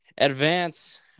Advance